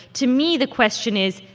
to me, the question is,